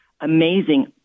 amazing